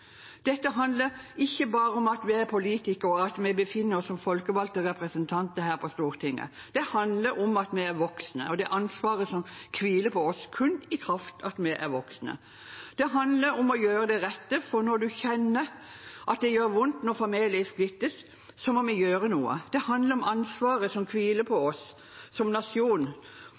Dette handler ikke bare om at vi er politikere, og at vi befinner oss som folkevalgte representanter her på Stortinget; det handler om at vi er voksne, og om det ansvaret som hviler på oss kun i kraft av at vi er voksne. Det handler om å gjøre det rette, for når vi kjenner at det gjør vondt når familier splittes, må vi gjøre noe. Det handler om ansvaret som hviler på oss som nasjon